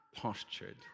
postured